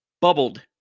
bubbled